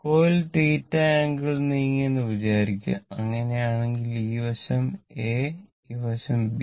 coil θ angle നീങ്ങി എന്ന് വിചാരിക്കുക അങ്ങനെയാണെങ്കിൽ ഈ വശം എ ഈ വശം ബി